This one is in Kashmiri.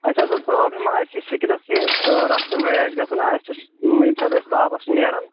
اسہِ حظ ٲس پرابلِم اسہِ چھِ سِکِنَس یہِ رَژھ کھَنٛڈ ریش گَژھان نہ اسہِ چھِ ییٚمہِ سات أسۍ تاپَس چھِ نیران